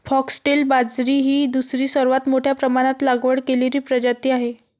foxtail बाजरी ही दुसरी सर्वात मोठ्या प्रमाणात लागवड केलेली प्रजाती आहे